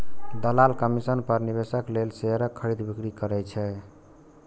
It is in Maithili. दलाल कमीशन पर निवेशक लेल शेयरक खरीद, बिक्री करै छै